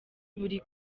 buri